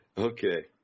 okay